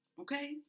okay